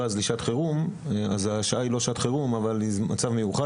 השעה היא לא שעת חירום אבל זה מצב מיוחד